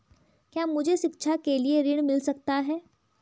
क्या मुझे शिक्षा के लिए ऋण मिल सकता है?